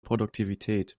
produktivität